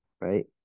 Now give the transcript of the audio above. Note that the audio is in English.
right